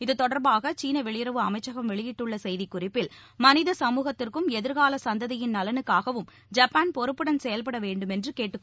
இது தொடர்பாக சீன வெளியுறவு அமைச்சகம் வெளியிட்டுள்ள செய்தி குறிப்பில் மனித சமூகத்திற்கும் எதிர்கால சந்ததியின் நலனுக்காகவும் ஜப்பான் பொறுப்புடன் செயல்பட வேண்டுமென்று கேட்டுக்கொள்ளப்பட்டுள்ளது